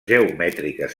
geomètriques